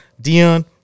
Dion